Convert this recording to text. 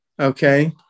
Okay